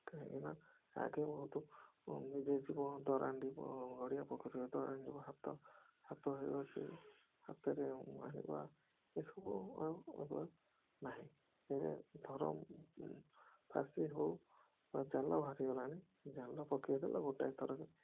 କାହିଁକିନା ଆଗେ ବହୁତ୍ ନିଜେ ଯିବ ଦରାଣ୍ଡିବ ଗଡ଼ିଆ ପୋଖରୀ ଦରାଣ୍ଡିବ ହାତ ହାତ ଘସିବ ହାତରେ ଆଣିବା ଏସବୁ ଆଉ ଏବେ ନାହିଁ ଏବେ ଧର ଫାର୍ସି ହଉ ବା ଜାଲ ବାହାରି ଗଲାଣି ଜାଲ ପକେଇ ଦେଲେ ଗୋଟିଏ ଥରକେ